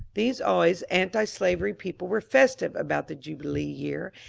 these always antislavery people were festiye about the jubi lee year,